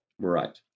Right